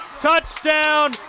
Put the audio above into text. Touchdown